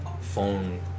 phone